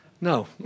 No